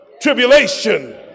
tribulation